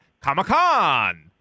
comic-con